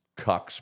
Cucks